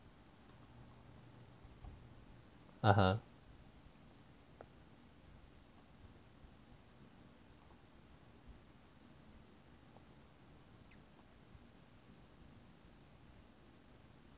(uh huh)